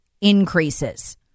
increases